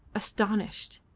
astonished.